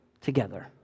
together